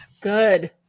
Good